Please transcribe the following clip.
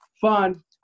fun